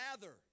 gather